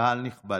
קהל נכבד,